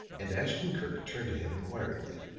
and ashton-kirk turned to him inquiringly.